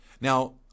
Now